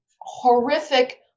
horrific